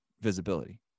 visibility